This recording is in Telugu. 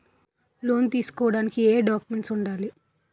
లోన్ తీసుకోడానికి ఏయే డాక్యుమెంట్స్ వుండాలి?